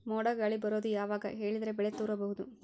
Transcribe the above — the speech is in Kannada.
ಮೋಡ ಗಾಳಿ ಬರೋದು ಯಾವಾಗ ಹೇಳಿದರ ಬೆಳೆ ತುರಬಹುದು?